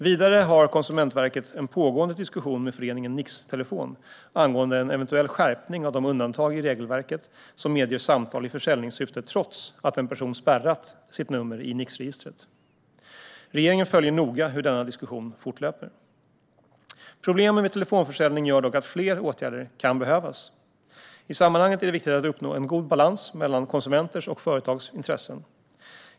Vidare har Konsumentverket en pågående diskussion med föreningen Nix-Telefon angående en eventuell skärpning av de undantag i regelverket som medger samtal i försäljningssyfte trots att en person spärrat sitt nummer i Nixregistret. Regeringen följer noga hur denna diskussion fortlöper. Problemen vid telefonförsäljning gör dock att fler åtgärder kan behövas. I sammanhanget är det viktigt att uppnå en god balans mellan konsumenters och företags intressen.